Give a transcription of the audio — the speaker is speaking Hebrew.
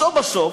בסוף בסוף,